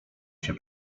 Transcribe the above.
się